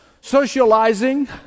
socializing